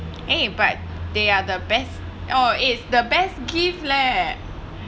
eh but they are the best or is the best gift leh